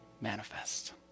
manifest